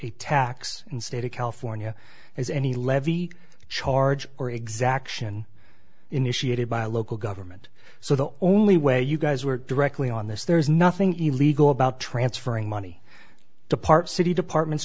a tax in state of california as any levy charge or exaction initiated by local government so the only way you guys were directly on this there's nothing illegal about transferring money to part city departments